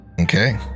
Okay